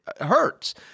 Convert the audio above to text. hurts